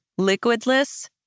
liquidless